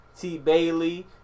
T-Bailey